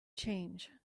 change